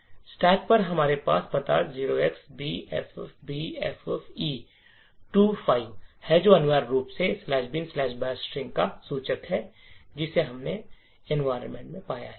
stack पर हमारे पास पता 0xbffbffe25 है जो अनिवार्य रूप से bin bash string "bibbash" string का सूचक है जिसे हमने पर्यावरण में पाया है